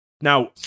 Now